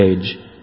age